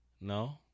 No